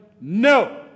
no